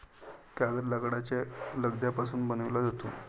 कागद लाकडाच्या लगद्यापासून बनविला जातो